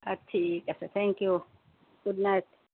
আ ঠিক আছে থেংক ইউ গুড নাইট